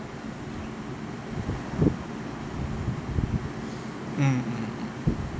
mm mm mm